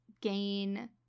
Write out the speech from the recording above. gain